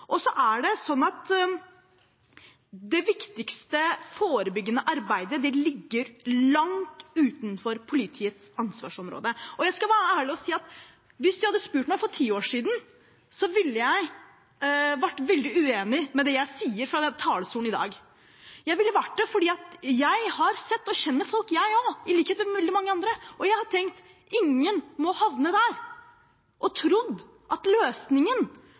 Det viktigste forebyggende arbeidet ligger langt utenfor politiets ansvarsområde. Jeg skal være ærlig og si at hvis noen hadde spurt med for ti år siden, så ville jeg vært veldig uenig i det jeg sier fra talerstolen i dag. Jeg ville vært det fordi jeg har sett og kjenner folk – i likhet med veldig mange andre – og jeg har tenkt at ingen må havne der. Jeg har trodd at løsningen